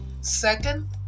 second